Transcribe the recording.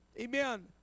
Amen